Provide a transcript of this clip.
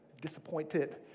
disappointed